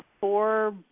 four